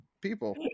people